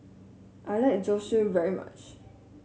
I like Zosui very much